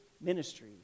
ministry